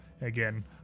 again